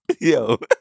Yo